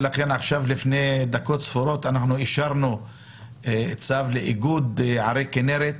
ולכן לפני דקות ספורות אישרנו צו לאיגוד ערים כינרת.